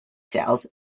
cells